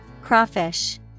Crawfish